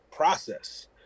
process